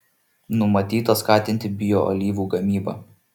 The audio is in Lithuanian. numatyta skatinti bioalyvų gamybą